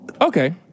Okay